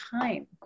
time